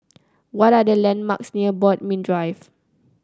what are the landmarks near Bodmin Drive